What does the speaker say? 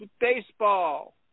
baseball